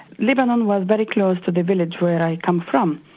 lebanon was very close to the village where i come from.